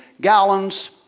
gallons